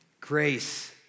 Grace